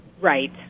Right